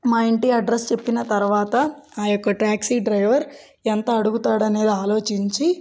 మా ఇంటి అడ్రస్ చెప్పిన తర్వాత ఆ యొక్క టాక్సీ డ్రైవర్ ఎంత అడుగుడు అనేది ఆలోచించి